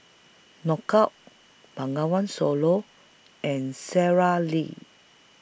Knockout Bengawan Solo and Sara Lee